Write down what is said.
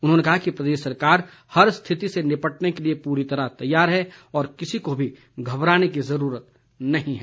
उन्होंने कहा कि प्रदेश सरकार हर स्थिति से निपटने के लिए पूरी तरह तैयार है और किसी को भी घबराने की जरूरत नहीं है